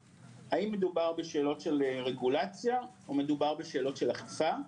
היא האם מדובר בשאלות של רגולציה או מדובר בשאלות של אכיפה.